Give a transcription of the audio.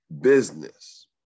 business